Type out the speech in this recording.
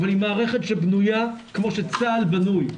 אבל היא מערכת שבנויה כמו שצה"ל בנוי,